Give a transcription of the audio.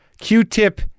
q-tip